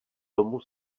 domu